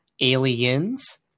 Aliens